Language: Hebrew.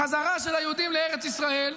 החזרה של היהודים לארץ ישראל.